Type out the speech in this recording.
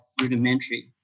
rudimentary